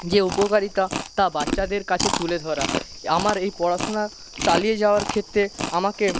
যে উপকারিতা তা বাচ্চাদের কাছে তুলে ধরা আমার এই পড়াশুনা চালিয়ে যাওয়ার ক্ষেত্রে আমাকে